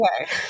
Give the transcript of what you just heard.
Okay